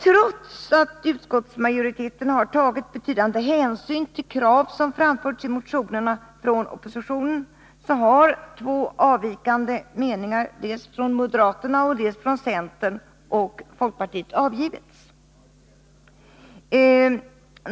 Trots att utskottsmajoriteten tagit betydande hänsyn till krav som framförts i motionerna från oppositionen har två avvikande meningar, dels från moderaterna och dels från centern och folkpartiet, avgivits.